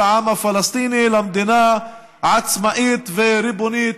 העם הפלסטיני למדינה עצמאית וריבונית